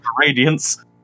radiance